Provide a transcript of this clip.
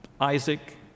Isaac